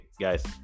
guys